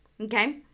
okay